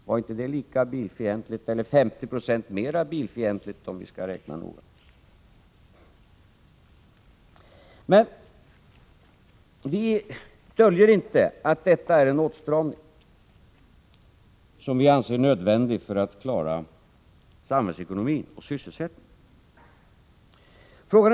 Var inte det lika bilfientligt eller, om vi skall räkna noga, 50 26 mer bilfientligt? Vi döljer inte att detta är en åtstramning, som vi anser nödvändig för att klara samhällsekonomin och sysselsättningen.